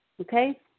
Okay